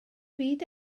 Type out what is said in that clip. byd